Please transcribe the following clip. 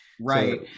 Right